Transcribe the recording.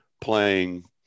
playing